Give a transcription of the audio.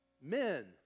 men